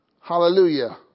Hallelujah